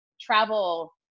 travel